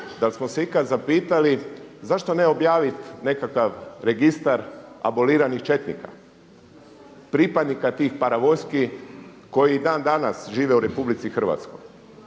Da li smo se ikad zapitali zašto ne objaviti nekakav registar aboliranih četnika, pripadnika tih paravojski koji i dan danas žive u RH. I oni su